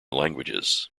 languages